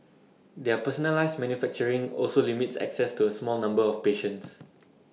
their personalised manufacturing also limits access to A small numbers of patients